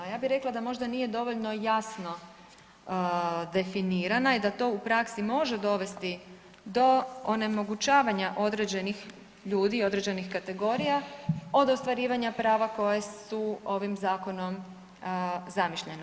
Ja bih rekla da možda nije dovoljno jasno definirana i da to u praksi može dovesti do onemogućavanja određenih ljudi, određenih kategorija od ostvarivanja prava koja su ovim zakonom zamišljena.